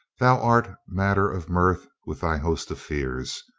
thou art matter of mirth with thy host of fears.